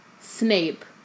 Snape